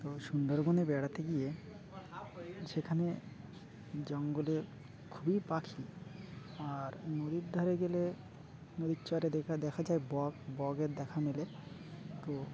তো সুন্দরবনে বেড়াতে গিয়ে সেখানে জঙ্গলে খুবই পাখি আর নদীর ধারে গেলে নদীর চরে দেখা দেখা যায় বক বকের দেখা মেলে তো